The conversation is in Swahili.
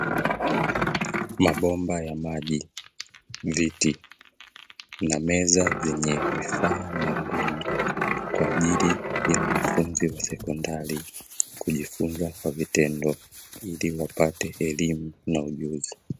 Mabomba ya maji, viti na meza zenye vifaa maalum kwa ajili ya wanafunzi wa sekondari kujifunza kwa vitendo ili wapate elimu na ujuzi.